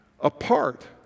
apart